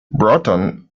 broughton